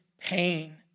pain